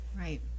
right